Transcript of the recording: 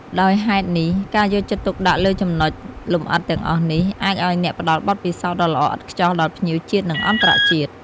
ដោយហេតុនេះការយកចិត្តទុកដាក់លើចំណុចលម្អិតទាំងអស់នេះ អាចឱ្យអ្នកផ្តល់បទពិសោធន៍ដ៏ល្អឥតខ្ចោះដល់ភ្ញៀវជាតិនិងអន្តរជាតិ។